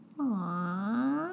Aww